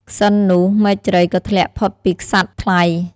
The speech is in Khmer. ក្សិណនោះ មែកជ្រៃក៏ធ្លាក់ផុតពីក្សត្រថ្លៃ។